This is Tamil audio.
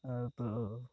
அது